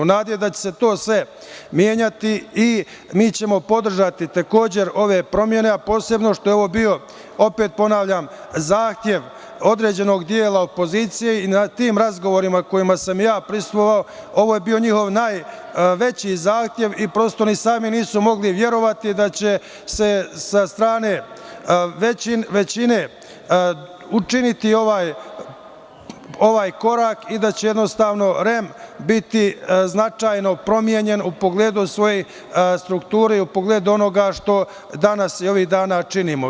U nadi da će se sve to menjati mi ćemo podržati takođe ove promene, a posebno što je ovo bio, opet ponavljam, zahtev određenog dela opozicije i na tim razgovorima na kojima sam ja prisustvovao ovo je bio njihov najveći zahtev i prosto nisu ni sami mogli verovati da će sa strane većine učiniti ovaj korak i da će jednostavno REM biti značajno promenjen u pogledu svoje strukture i pogledu onoga što danas i ovih dana činimo.